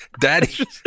Daddy